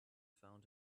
found